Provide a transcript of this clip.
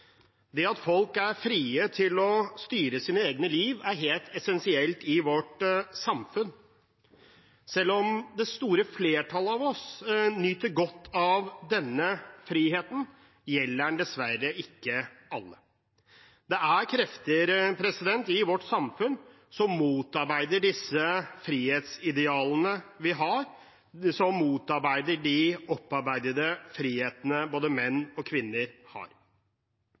Det at folk er fri til å styre sitt eget liv, er helt essensielt i vårt samfunn. Selv om det store flertallet av oss nyter godt av denne friheten, gjelder det dessverre ikke alle. Det er krefter i vårt samfunn som motarbeider disse frihetsidealene vi har, som motarbeider de opparbeidede frihetene både menn og kvinner har.